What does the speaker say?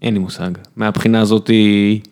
אין לי מושג, מהבחינה הזאתי...